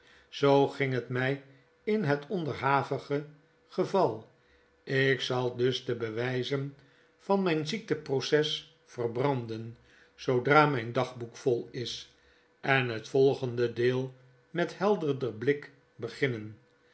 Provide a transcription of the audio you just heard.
zoo ging het mij in het onderhavige geval ik zal dus de bewijzen van mijn ziekteproces verbranden zoodra mijn dagboek vol is en het volgende deel met helderder blik beginnen